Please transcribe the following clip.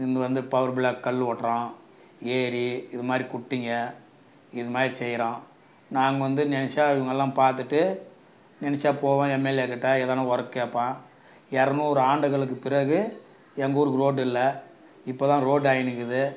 இங்கே வந்து power block கல் ஒட்டுகிறோம் ஏரி இதுமாதிரி குட்டைங்க இதுமாதிரி செய்கிறோம் நாங்கள் வந்து நெனைச்சா இவங்களலாம் பார்த்துட்டு நெனைச்சா போவேன் எம்எல்ஏ கிட்டே எதுனா ஒர்க் கேட்பேன் இரநூறு ஆண்டுகளுக்கு பிறகு எங்கூருக்கு ரோடு இல்லை இப்போ தான் ரோடு ஆகினுக்குது